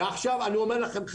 חבר'ה, עכשיו אני אומר לכם,